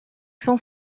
cent